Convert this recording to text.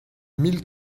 mille